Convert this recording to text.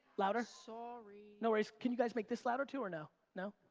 louder? sorry. no worries, can you guys make this louder too, or no? no?